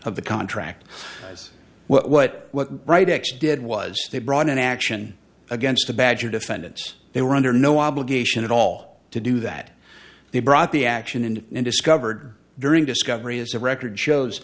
of the contract was what right x did was they brought an action against the badger defendants they were under no obligation at all to do that they brought the action and in discovered during discovery is a record shows